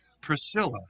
Priscilla